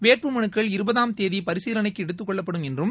வேட்பு மனுக்கள் இருபதாம் தேதி பரிசீலினைக்கு எடுத்துக்கொள்ளப்படும் என்றும்